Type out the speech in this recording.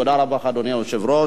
תודה רבה לך, אדוני היושב-ראש.